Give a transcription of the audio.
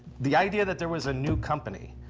the idea that there was a new company,